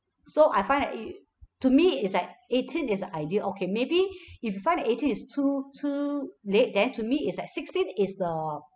so I find that it to me is like eighteen is the ideal okay maybe if you find that eighteen is too too late then to me is like sixteen is the